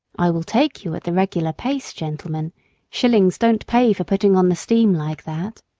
i will take you at the regular pace, gentlemen shillings don't pay for putting on the steam like that.